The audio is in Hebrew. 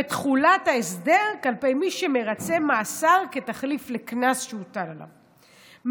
ותחולת ההסדר כלפי מי שמרצה מאסר כתחליף לקנס שהוטל עליו.